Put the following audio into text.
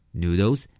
noodles